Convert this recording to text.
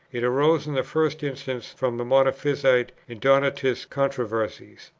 it arose in the first instance from the monophysite and donatist controversies,